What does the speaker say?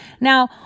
now